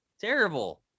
Terrible